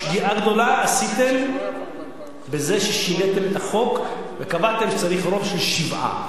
שגיאה גדולה עשיתם בזה ששיניתם את החוק וקבעתם שצריך רוב של שבעה.